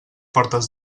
portes